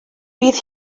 bydd